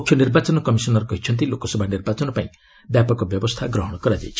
ମୁଖ୍ୟ ନିର୍ବାଚନ କମିଶନର୍ କହିଛନ୍ତି ଲୋକସଭା ନିର୍ବାଚନ ପାଇଁ ବ୍ୟାପକ ବ୍ୟବସ୍ଥା ଗ୍ରହଣ କରାଯାଇଛି